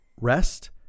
rest